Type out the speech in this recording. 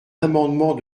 amendement